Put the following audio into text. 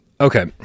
Okay